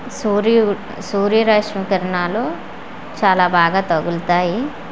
సూర్య సూర్యరష్మి కిరణాలు చాలా బాగా తగులుతాయి